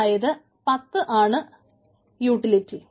അതായത് 10 ആണ് യൂട്ടിലിറ്റി